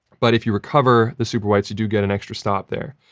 but if you recover the super whites, you do get an extra stop there.